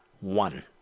one